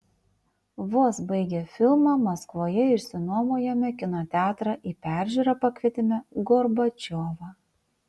vos baigę filmą maskvoje išsinuomojome kino teatrą į peržiūrą pakvietėme gorbačiovą